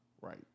Right